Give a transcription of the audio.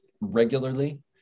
regularly